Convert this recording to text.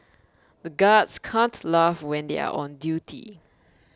the guards can't laugh when they are on duty